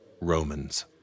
Romans